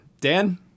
Dan